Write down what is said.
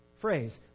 phrase